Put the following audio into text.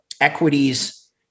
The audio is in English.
equities